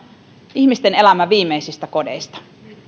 ihmisten elämän viimeisistä kodeista